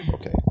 okay